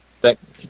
thanks